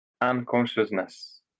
unconsciousness